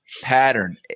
pattern